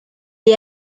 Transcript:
est